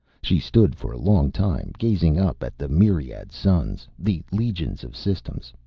she stood for a long time, gazing up at the myriad suns, the legions of systems,